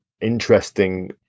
interesting